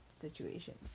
situation